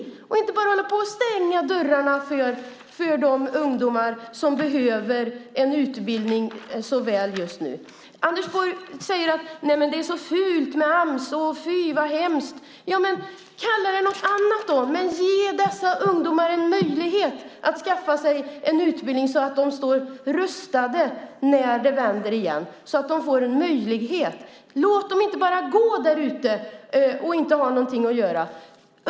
Man ska inte bara hålla på och stänga dörrarna för de ungdomar som så väl behöver en utbildning just nu. Anders Borg säger att det är fult med Ams, fy vad hemskt! Kalla det något annat då, men ge dessa ungdomar en möjlighet att skaffa sig en utbildning så att de står rustade när det vänder igen, så att de får en möjlighet. Låt dem inte bara gå där ute och inte ha någonting att göra.